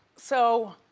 so,